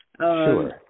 Sure